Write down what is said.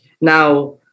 Now